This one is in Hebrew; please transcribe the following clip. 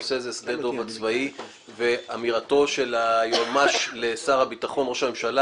הנושא הוא שדה דב הצבאי ואמירתו של היועמ"ש לראש הממשלה